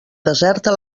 deserta